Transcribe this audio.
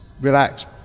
relax